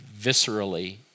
viscerally